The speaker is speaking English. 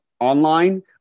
online